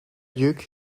duke